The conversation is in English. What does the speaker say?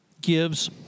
gives